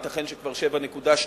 7.4%, ייתכן שכבר 7.2%